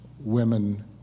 women